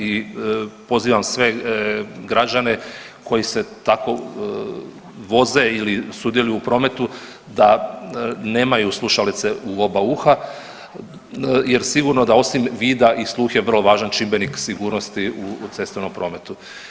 I pozivam sve građane koji se tako voze ili sudjeluju u prometu, da nemaju slušalice u oba uha jer sigurno da osim vida i sluh je vrlo važan čimbenik sigurnosti u cestovnom prometu.